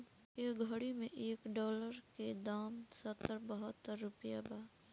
ए घड़ी मे एक डॉलर के दाम सत्तर बहतर रुपइया बा